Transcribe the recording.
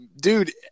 dude